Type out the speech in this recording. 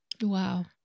Wow